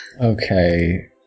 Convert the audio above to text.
Okay